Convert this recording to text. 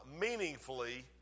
meaningfully